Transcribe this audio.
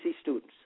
students